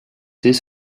his